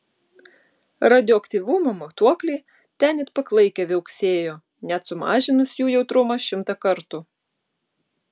radioaktyvumo matuokliai ten it paklaikę viauksėjo net sumažinus jų jautrumą šimtą kartų